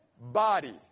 body